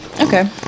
okay